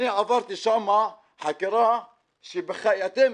עברתי שם חקירה שאתם,